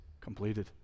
completed